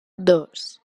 dos